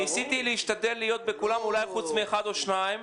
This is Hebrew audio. להשתתף בכולם, אולי פרט לאחד או שניים.